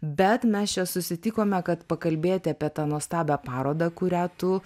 bet mes čia susitikome kad pakalbėti apie tą nuostabią parodą kurią tu